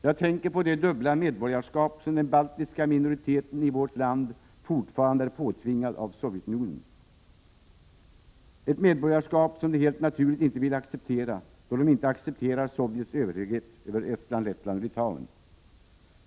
Jag tänker på det dubbla medborgarskap som den baltiska minoriteten i vårt land fortfarande är påtvingad av Sovjetunionen; ett medborgarskap som de helt naturligt inte vill acceptera, då de inte accepterar Sovjets överhöghet över Estland, Lettland och Litauen.